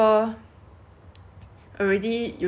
then especially 那里很多那种中国人